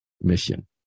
mission